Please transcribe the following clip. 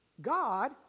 God